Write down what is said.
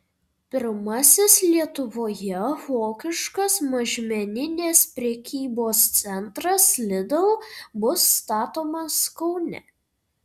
pirmasis lietuvoje vokiškas mažmeninės prekybos centras lidl bus statomas kaune